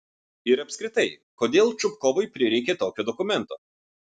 ir apskritai kodėl čupkovui prireikė tokio dokumento